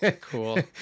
Cool